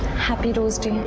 happy rose day